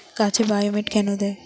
গাছে বায়োমেট কেন দেয়?